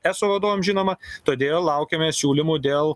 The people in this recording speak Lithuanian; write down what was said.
eso vadovam žinoma todėl laukiame siūlymų dėl